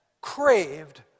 craved